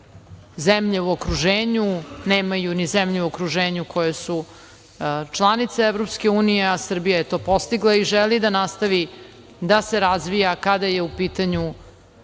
zemlje u okruženju, nemaju ni zemlje u okruženju koje su članice EU, a Srbija je to postigla i želi da nastavi da se razvija kada je u pitanju